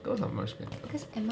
girls are much better